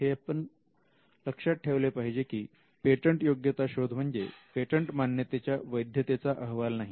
हे आपण लक्षात ठेवले पाहिजे की पेटंटयोग्यता शोध म्हणजे पेटंट मान्यतेच्या वैधतेचा अहवाल नाही